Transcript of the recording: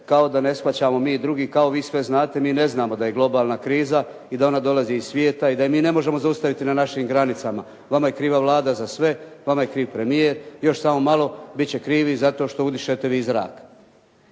kao da ne shvaćamo mi drugi, kao vi sve znate, mi ne znamo da je globalna kriza i da ona dolazi iz svijeta i da je mi ne možemo zaustaviti na našim granicama. Vama je kriva Vlada za sve, vama je kriv premijer, još samo malo biti će krivi zato što udišete vi zrak.